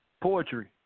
poetry